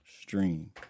stream